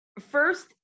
first